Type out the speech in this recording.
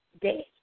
day